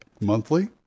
monthly